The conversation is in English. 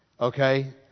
okay